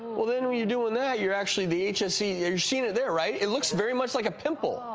well then when you're doing that, you're actually, the hsv, you're seeing it there, right? it looks very much like a pimple,